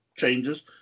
changes